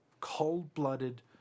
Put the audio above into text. cold-blooded